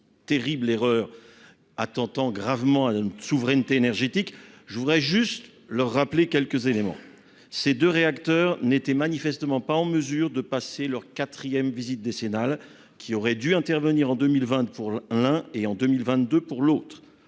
terrible erreur attentant gravement à notre souveraineté énergétique, je voudrais juste rappeler quelques éléments. Ses deux réacteurs n'étaient manifestement pas en mesure de passer leur quatrième visite décennale (VD4), qui aurait dû intervenir en 2020 pour l'un et en 2022 pour l'autre.